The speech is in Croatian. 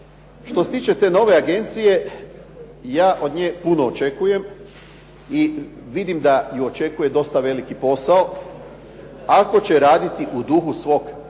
Što se tiče te nove agencije ja od nje puno očekujem i vidim da je očekuje dosta veliki posao ako će raditi u duhu svog